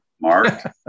Mark